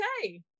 okay